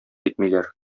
итмиләр